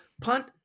punt